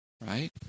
right